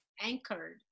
anchored